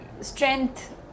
strength